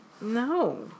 No